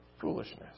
foolishness